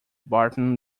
barton